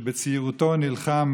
שבצעירותו נלחם